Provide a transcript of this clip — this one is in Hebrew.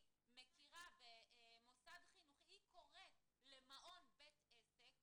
מכירה בחינוך חינוכי היא קוראת למעון "בית עסק",